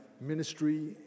ministry